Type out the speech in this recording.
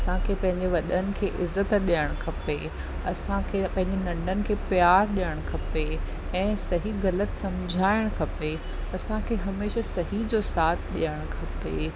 असांखे पैंजे वॾनि खे इज़त ॾियणु खपे असांखे पंहिंजी नंढनि खे प्यारु ॾियणु खपे ऐं सही गलत सम्झाइणु खपे असांखे हमेशह सही जो साथ ॾियणु खपे